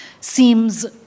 seems